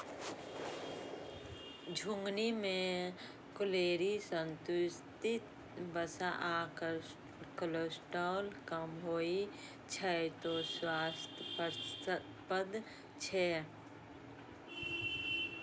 झिंगुनी मे कैलोरी, संतृप्त वसा आ कोलेस्ट्रॉल कम होइ छै, तें स्वास्थ्यप्रद छै